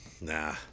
Nah